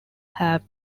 have